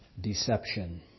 deception